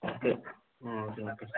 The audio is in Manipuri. okay um okay okay